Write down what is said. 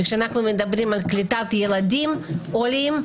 וכשאנחנו מדברים על קליטת ילדים עולים,